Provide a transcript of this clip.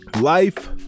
life